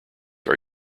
are